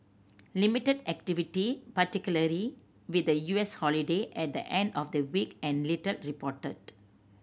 limited activity particularly with the U S holiday at the end of the week and little reported